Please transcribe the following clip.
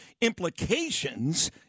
implications